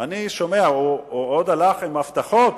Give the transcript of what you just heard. אני שומע, הוא עוד הלך עם הבטחות